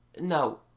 No